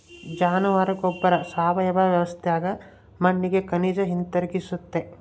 ಜಾನುವಾರ ಗೊಬ್ಬರ ಸಾವಯವ ವ್ಯವಸ್ಥ್ಯಾಗ ಮಣ್ಣಿಗೆ ಖನಿಜ ಹಿಂತಿರುಗಿಸ್ತತೆ